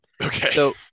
Okay